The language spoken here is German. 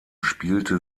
spielte